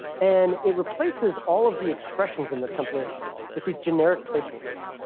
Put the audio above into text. and it replaces all of the expressions in the template with these generic placeholders.